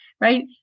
Right